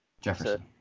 Jefferson